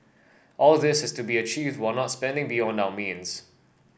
all this is to be achieved while not spending beyond our means